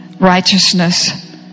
righteousness